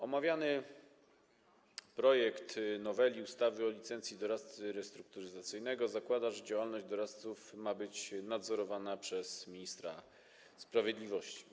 Omawiany projekt noweli ustawy o licencji doradcy restrukturyzacyjnego zakłada, że działalność doradców ma być nadzorowana przez ministra sprawiedliwości.